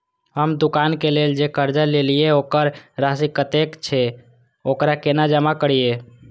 हम दुकान के लेल जे कर्जा लेलिए वकर राशि कतेक छे वकरा केना जमा करिए?